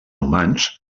humans